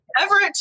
Everett